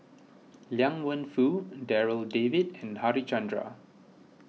Liang Wenfu Darryl David and Harichandra